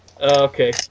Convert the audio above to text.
Okay